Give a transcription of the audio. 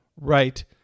right